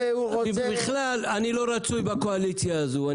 בכלל אני לא רצוי בקואליציה הזו,